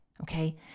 Okay